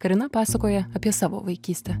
karina pasakoja apie savo vaikystę